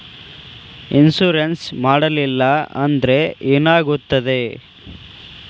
Insurance ಮಾಡಲಿಲ್ಲ ಅಂದ್ರೆ ಏನಾಗುತ್ತದೆ?